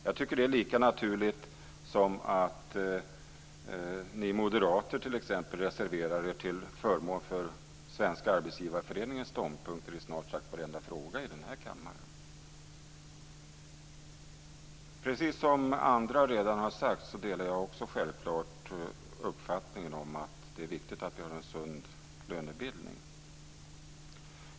Jag tycker att det är lika naturligt som att ni moderater t.ex. reserverar er till förmån för Svenska Arbetsgivareföreningens ståndpunkter i snart sagt varenda fråga i den här kammaren. Precis som andra redan har sagt delar jag också självklart uppfattning att det är viktigt att vi har en sund lönebildning.